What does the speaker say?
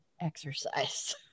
exercise